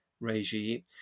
regime